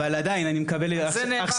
אבל עדיין, עכשיו אני מקבל את ההצלחות.